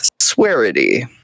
swearity